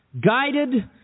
guided